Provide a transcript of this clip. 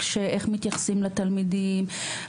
איך מתייחסים לתלמידים,